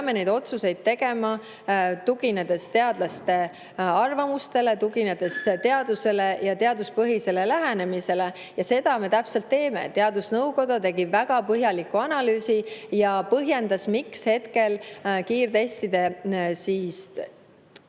neid otsuseid tegema, tuginedes teadlaste arvamusele, tuginedes teadusele ja teaduspõhisele lähenemisele. Ja täpselt seda me teemegi. Teadusnõukoda tegi väga põhjaliku analüüsi ja põhjendas, miks kiirtestide